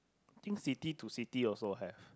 think city to city also have